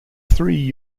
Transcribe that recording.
three